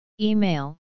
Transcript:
Email